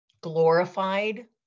glorified